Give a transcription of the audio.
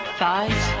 thighs